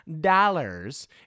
dollars